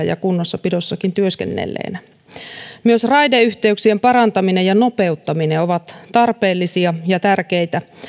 ja kunnossapidossakin työskennelleenä tämän tiedän kyllä myös raideyhteyksien parantaminen ja nopeuttaminen ovat tarpeellisia ja tärkeitä